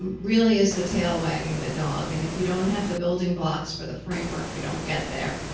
really is the tail wagging the dog, and if you don't have the building blocks for the framework, you don't get there.